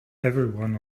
everyone